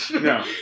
No